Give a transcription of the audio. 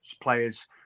players